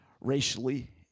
racially